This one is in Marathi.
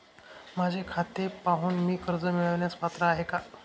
माझे खाते पाहून मी कर्ज मिळवण्यास पात्र आहे काय?